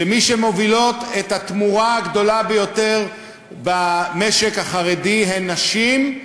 ומי שמובילות את התמורה הגדולה ביותר במשק החרדי הן נשים.